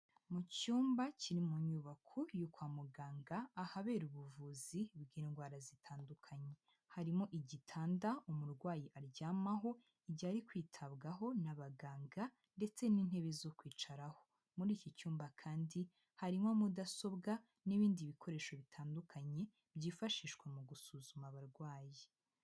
Mu cyumba kiri mu nyubako yo kwa muganga, ahabera ubuvuzi bw'indwara zitandukanye, harimo igitanda umurwayi aryamaho igihe ari kwitabwaho n'abaganga, ndetse n'intebe zo kwicaraho, muri iki cyumba kandi, harimo mudasobwa, n'ibindi bikoresho bitandukanye byifashishwa mu gusuzuma abarwayi.